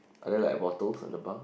are there like bottles on the bar